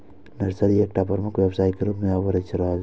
nursery एकटा प्रमुख व्यवसाय के रूप मे अभरि रहल छै